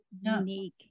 unique